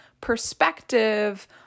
perspective